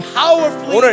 powerfully